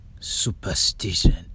Superstition